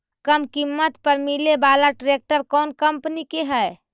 कम किमत पर मिले बाला ट्रैक्टर कौन कंपनी के है?